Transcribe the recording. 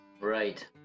right